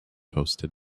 hosted